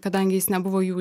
kadangi jis nebuvo jų